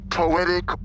poetic